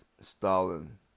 Stalin